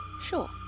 Sure